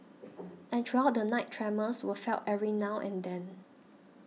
and throughout the night tremors were felt every now and then